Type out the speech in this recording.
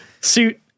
suit